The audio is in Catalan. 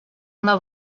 una